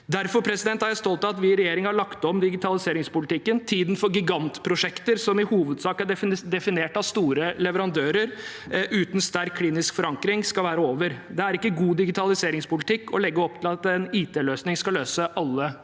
Derfor er jeg stolt av at vi i regjering har lagt om digitaliseringspolitikken. Tiden for gigantprosjekter som i hovedsak er definert av store leverandører uten sterk klinisk forankring, skal være over. Det er ikke god digitaliseringspolitikk å legge opp til at en IT-løsning skal løse alle problemer.